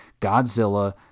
Godzilla